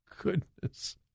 goodness